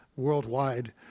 worldwide